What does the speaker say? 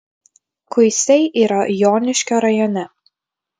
kuisiai yra joniškio rajone